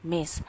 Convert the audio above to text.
Miss